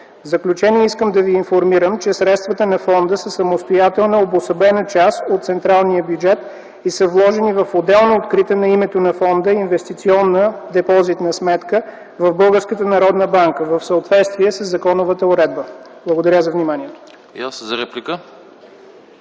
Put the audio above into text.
В заключение, искам да ви информирам, че средствата на фонда са самостоятелна обособена част от централния бюджет и са вложени в отделно открита на името на фонда инвестиционна депозитна сметка в Българската народна банка в съответствие със законовата уредба. Благодаря за вниманието.